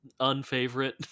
unfavorite